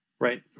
right